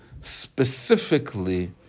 specifically